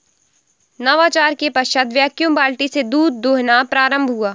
नवाचार के पश्चात वैक्यूम बाल्टी से दूध दुहना प्रारंभ हुआ